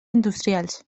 industrials